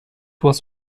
was